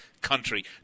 country